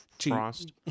frost